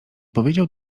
powiedział